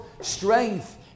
strength